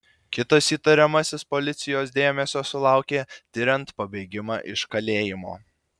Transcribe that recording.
kitas įtariamasis policijos dėmesio sulaukė tiriant pabėgimą iš kalėjimo